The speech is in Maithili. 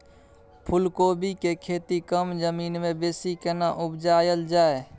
फूलकोबी के खेती कम जमीन मे बेसी केना उपजायल जाय?